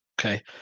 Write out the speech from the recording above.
Okay